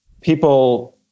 people